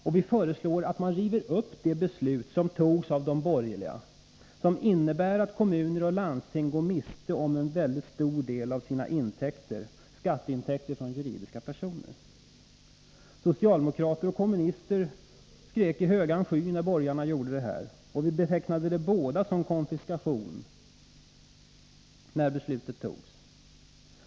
Och vi föreslår att man river upp det beslut som togs av de borgerliga och som innebär att kommuner och landsting går miste om en väldigt stor del av sina intäkter — skatteintäkter från juridiska personer. Socialdemokrater och kommunister skrek i högan sky när borgarna gjorde detta, och vi betecknade det båda som konfiskation när det beslutet fattades.